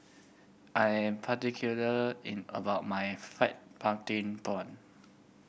I am particular in about my fried pumpkin prawn